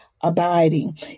abiding